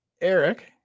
Eric